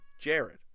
Jared